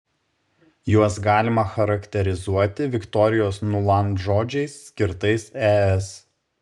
juos galima charakterizuoti viktorijos nuland žodžiais skirtais es